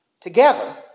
together